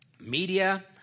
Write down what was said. media